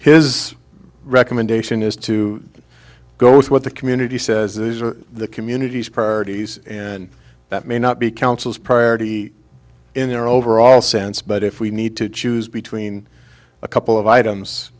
his recommendation is to go with what the community says are the communities priorities and that may not be council's priority in their overall sense but if we need to choose between a couple of items